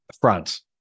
France